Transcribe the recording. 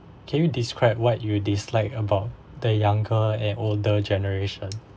can you describe what you dislike about the younger and older generation